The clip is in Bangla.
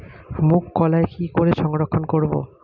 মুঘ কলাই কি করে সংরক্ষণ করব?